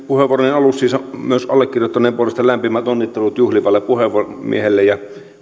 puheenvuoroni aluksi myös allekirjoittaneen puolesta lämpimät onnittelut juhlivalle puhemiehelle ja